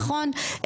נכון,